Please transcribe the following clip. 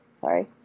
sorry